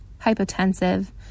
hypotensive